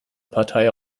partei